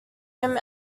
him